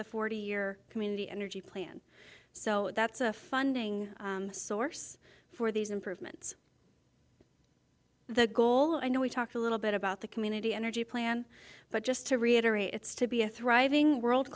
the forty year community energy plan so that's a funding source for these improvements the goal i know we talked a little bit about the community energy plan but just to reiterate it's to be a thriving world